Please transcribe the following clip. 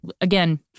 again